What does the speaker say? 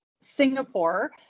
Singapore